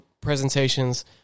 presentations